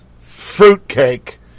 fruitcake